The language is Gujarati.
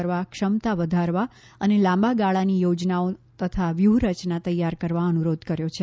કરવા ક્ષમતા વધારવા અને લાંબા ગાળાની યોજનાઓ તથા વ્યૂહરચના તૈયાર કરવા અનુરોધ કર્યો છે